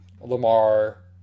Lamar